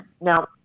Now